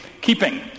keeping